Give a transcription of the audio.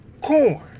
Corn